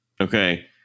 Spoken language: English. Okay